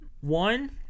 One